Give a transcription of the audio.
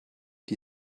die